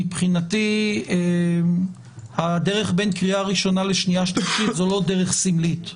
מבחינתי הדרך בין הקריאה הראשונה לשנייה ושלישית זו לא דרך סמלית.